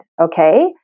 Okay